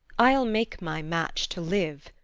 i'll make my match to live,